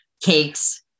cakes